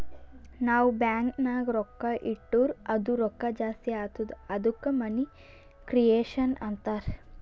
ನಾವ್ ಬ್ಯಾಂಕ್ ನಾಗ್ ರೊಕ್ಕಾ ಇಟ್ಟುರ್ ಅದು ರೊಕ್ಕಾ ಜಾಸ್ತಿ ಆತ್ತುದ ಅದ್ದುಕ ಮನಿ ಕ್ರಿಯೇಷನ್ ಅಂತಾರ್